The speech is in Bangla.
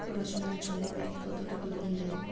পড়াশুনার জন্যে ব্যাংক কত টাকা লোন দেয়?